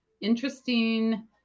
interesting